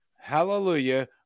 Hallelujah